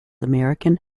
american